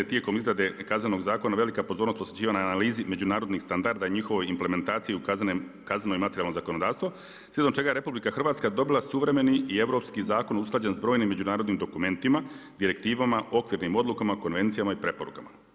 Tijekom izrade Kaznenog zakona velika pozornost posvećivana je analizi međunarodnih standarda i njihovoj implementaciji u kazneno i materijalno zakonodavstvo slijedom čega je Republika Hrvatska dobila suvremeni i europski zakon usklađen s brojnim međunarodnim dokumentima, direktivama, okvirnim odlukama, konvencijama i preporukama.